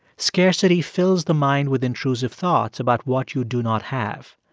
scarcity fills the mind with intrusive thoughts about what you do not have.